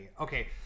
Okay